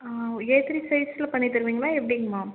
ah A three சைஸில் பண்ணி தருவீங்களா எப்படிங்க மேம்